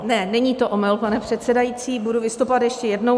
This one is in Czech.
Ne, není to omyl, pane předsedající, budu vystupovat ještě jednou.